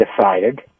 decided